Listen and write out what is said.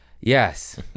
Yes